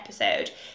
episode